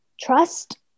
Trust